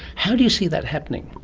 how do you see that happening?